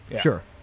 Sure